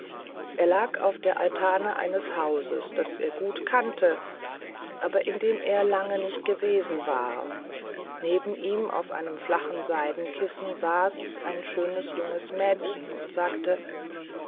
er lag auf der altane eines hauses das er gut kannte aber in dem er lange nicht gewesen war neben ihm auf einem flachen seidenkissen saß ein schönes junges mädchen und sagte